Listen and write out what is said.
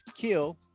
kill